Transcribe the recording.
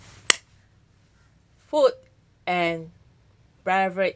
food and beverage